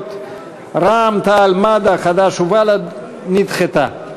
הסיעות רע"ם-תע"ל-מד"ע, חד"ש ובל"ד נדחתה.